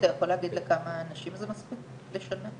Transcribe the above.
אתה יכול להגיד לכמה אנשים זה מספיק בשנה?